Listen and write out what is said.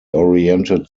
oriented